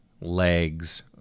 legs